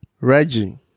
Reggie